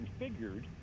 configured